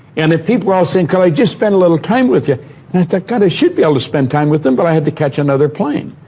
and if people were all saying, could i just spend a little time with you? and i thought god, i should be able to spend time with them, but i had to catch another plane.